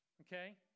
okay